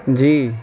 جی